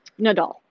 Nadal